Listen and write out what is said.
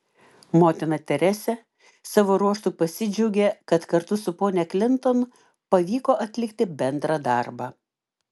motina teresė savo ruožtu pasidžiaugė kad kartu su ponia klinton pavyko atlikti bendrą darbą